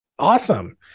Awesome